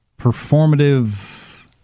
performative